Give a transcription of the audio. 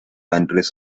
padres